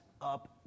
up